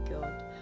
God